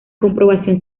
comprobación